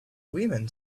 women